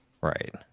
right